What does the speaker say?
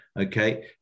okay